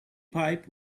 pipe